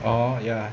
orh ya